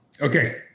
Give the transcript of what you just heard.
Okay